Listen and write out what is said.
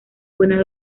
buena